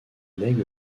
lègue